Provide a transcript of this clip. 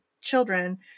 children